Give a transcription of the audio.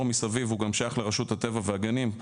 מסביב הוא גם שייך לרשות הטבע והגנים,